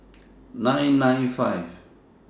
nine nine five